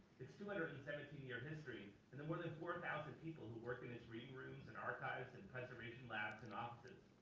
its two hundred and seventeen year history and the more than four thousand people who work in its reading rooms and archives and preservation labs and offices.